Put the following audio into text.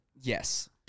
Yes